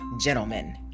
gentlemen